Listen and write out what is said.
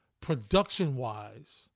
production-wise